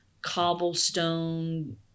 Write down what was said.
cobblestone